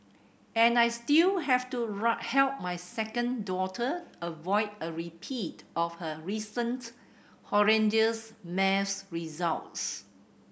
and I still have to right help my second daughter avoid a repeat of her recent horrendous maths results